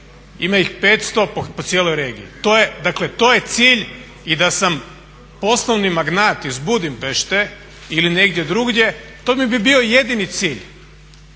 ima iz 500 po cijeloj regiji. Dakle to je cilj i da sam poslovni magnat iz Budimpešte ili negdje drugdje to mi bio jedini cilj